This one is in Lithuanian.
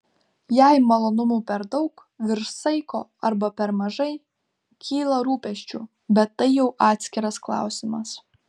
jei malonumų per daug virš saiko arba per mažai kyla rūpesčių bet tai jau atskiras klausimas